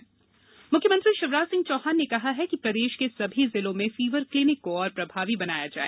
fever clinics मुख्यमंत्री शिवराज सिंह चौहान ने कहा है कि प्रदेश के सभी जिलों में फीवर क्लीनिक्स को और प्रभावी बनाया जाए